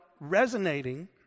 resonating